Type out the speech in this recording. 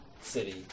city